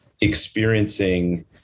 experiencing